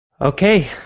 Okay